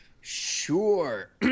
Sure